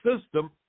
system